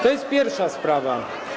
To jest pierwsza sprawa.